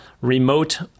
remote